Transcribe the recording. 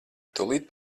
tūlīt